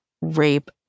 rape